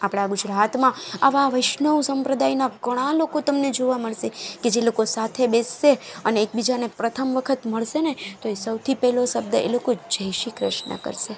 આપણા ગુજરાતમાં આવા વૈષ્ણવ સંપ્રદાયના ઘણા લોકો તમને જોવા મળશે કે જે લોકો સાથે બેસશે અને એકબીજાને પ્રથમ વખત મળશેને તો એ સૌથી પહેલો શબ્દ એ લોકો જય શ્રી કૃષ્ણ કરશે